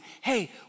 hey